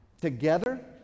together